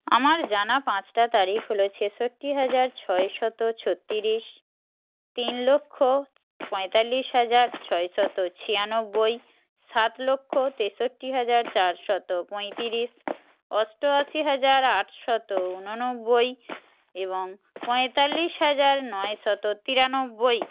আমার জানা পাঁচটা তারিখ হল ছেষট্টি হাজার ছয়শত ছত্রিশ তিন লক্ষ পঁয়তাল্লিশ হাজার ছয়শত ছিয়ানব্বই সাত লক্ষ তেষট্টি হাজার চারশত পঁয়ত্রিশ অষ্টআশি হাজার আটশত ঊননব্বই এবং পঁয়তাল্লিশ হাজার নয়শত তিরানব্বই